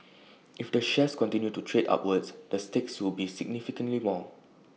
if the shares continue to trade upward the stakes will be significantly more